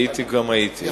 הייתי גם הייתי.